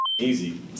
easy